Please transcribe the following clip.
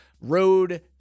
road